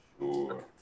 Sure